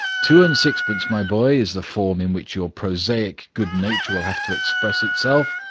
two and sixpence, my boy, is the form in which your prosaic good nature will have to express itself.